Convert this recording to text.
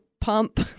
pump